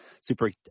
super